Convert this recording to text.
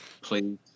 Please